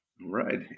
right